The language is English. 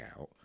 out